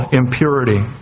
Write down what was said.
impurity